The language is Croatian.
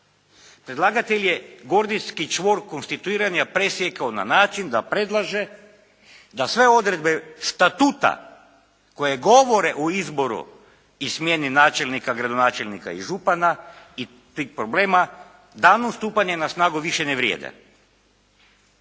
Predlagatelj je gordijski čvor konstituiranja presjekao na način da predlaže da sve odredbe statuta koje govore o izboru i smjeni načelnika, gradonačelnika i župana i tih problema, danom stupanja na snagu više ne vrijede.